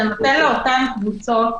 אתה נותן לאותן קבוצות